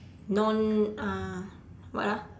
non uh what ah